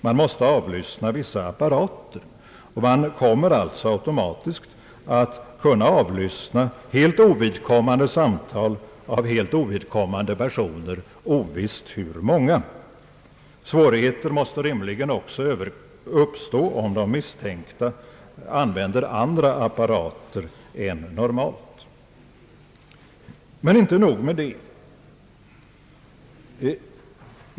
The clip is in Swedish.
Man måste avlyssna vissa apparater. Man kommer alltså automatiskt att kunna avlyssna helt ovidkommande samtal av helt ovidkommande personer, ovisst hur många. Svårigheter måste rimligen också uppstå om de misstänkta använder andra apparater än normalt. Men inte nog med det.